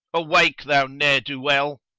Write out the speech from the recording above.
awake, thou ne'er-do-well!